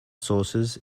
sources